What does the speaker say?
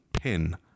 pin